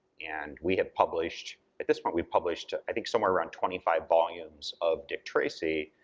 and we have published, at this point, we've published i think somewhere around twenty five volumes of dick tracy,